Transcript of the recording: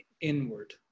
Inward